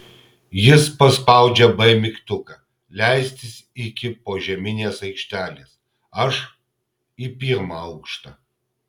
jis paspaudžia b mygtuką leistis iki požeminės aikštelės aš į pirmą aukštą